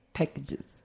packages